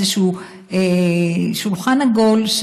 איזשהו שולחן עגול,